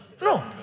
No